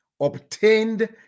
obtained